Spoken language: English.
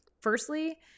Firstly